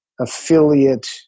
affiliate